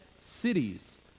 cities